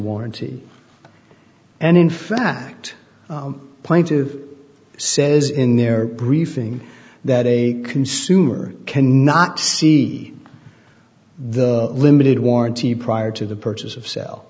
warranty and in fact point two says in their briefing that a consumer can not see the limited warranty prior to the purchase of cell